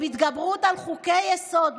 התגברות על חוקי-יסוד,